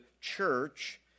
church